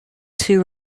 two